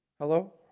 Hello